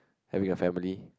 having a family